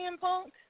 Punk